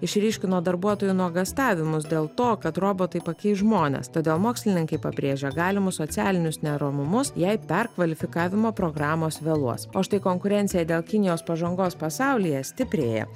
išryškino darbuotojų nuogąstavimus dėl to kad robotai pakeis žmones todėl mokslininkai pabrėžia galimus socialinius neramumus jei perkvalifikavimo programos vėluos o štai konkurencija dėl kinijos pažangos pasaulyje stiprėja